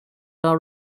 are